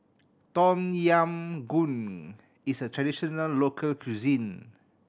Tom Yam Goong is a traditional local cuisine